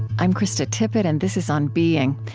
i'm krista tippett, and this is on being.